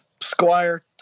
squire